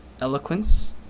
Eloquence